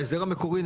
בהסדר המקורי,